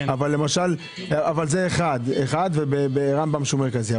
אבל זה אחד וברמב"ם שהוא מרכזי.